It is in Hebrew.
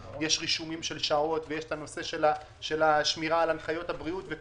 ביצוע התקציב של 2020, בחירות 23